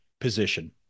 position